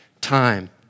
time